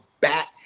back